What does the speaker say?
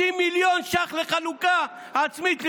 30 מיליון ש"ח לחלוקה עצמית למקורבים.